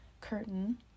curtain